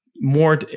more